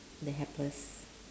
the helpless